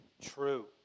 true